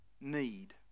need